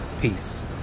Peace